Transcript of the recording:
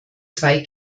zwei